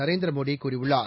நரேந்திர மோடி கூறியுள்ளார்